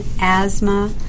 asthma